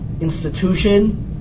institution